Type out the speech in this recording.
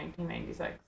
1996